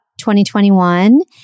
2021